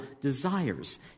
desires